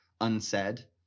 unsaid